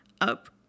up